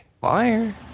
Fire